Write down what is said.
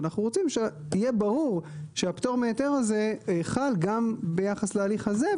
אנחנו רוצים שיהיה ברור שהפטור מההיתר הזה חל גם ביחס להליך הזה,